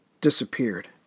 disappeared